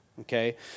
okay